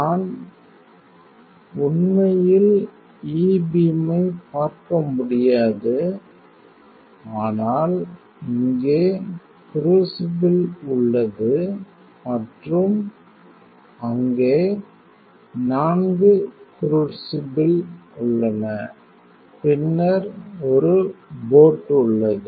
நான் உண்மையில் E பீமை பார்க்க முடியாது ஆனால் இங்கே கிருசிபில் உள்ளது மற்றும் அங்கே 4 கிருசிபில் உள்ளன பின்னர் ஒரு போட் உள்ளது